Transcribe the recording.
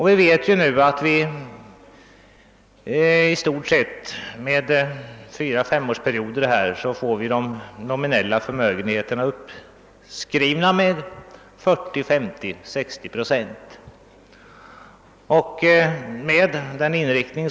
Vi vet nu att de nominella förmögenheterna kommer att skrivas upp med 40, 50 eller 60 procent vart femte år.